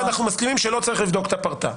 אנחנו מסכימים שלא צריך לבדוק את הפרטה.